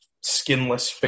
skinless